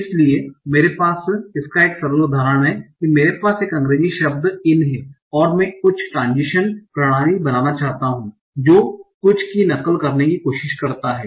इसलिए मेरे पास इसका एक सरल उदाहरण है मेरे पास एक अंग्रेजी शब्द इन है और मैं कुछ ट्रान्ज़िशन प्रणाली बनाना चाहता हूं जो कुछ की नकल करने की कोशिश करता है